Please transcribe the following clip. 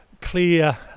clear